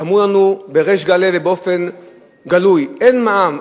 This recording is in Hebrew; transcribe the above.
אמרו לנו בריש גלי ובאופן גלוי: אין מע"מ.